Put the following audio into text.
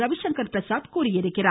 ரவிசங்கர் பிரசாத் தெரிவித்துள்ளார்